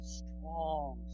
strong